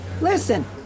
Listen